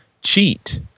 cheat